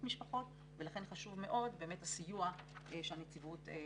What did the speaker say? משפחות ולכן חשוב מאוד הסיוע שהנציבות מעניקה.